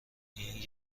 این